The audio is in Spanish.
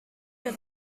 que